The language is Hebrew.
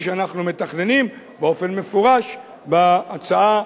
שאנחנו מתכננים באופן מפורש בהצעה,